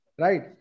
Right